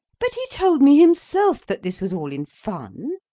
but he told me himself that this was all in fun,